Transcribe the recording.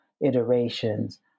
iterations